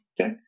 Okay